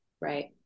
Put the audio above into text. Right